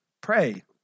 pray